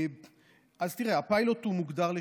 תראה, הפיילוט מוגדר לשנה,